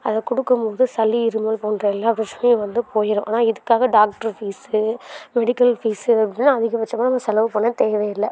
அதை கொடுக்கும் போது சளி இருமல் போன்ற எல்லா பிரச்சனையும் வந்து போயிடும் ஆனால் இதுக்காக டாக்டரு ஃபீஸு மெடிக்கல் ஃபீஸு அப்படின்னு அதிகபட்சமாக நம்ம செலவு பண்ணத் தேவையில்லை